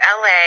la